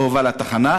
לא הובא לתחנה,